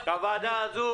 הוועדה הזו